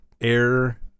air